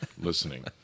listening